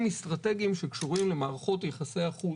אסטרטגיים שקשורים למערכות יחסי החוץ,